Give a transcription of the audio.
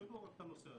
תשקלו את הנושא הזה.